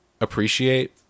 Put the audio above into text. appreciate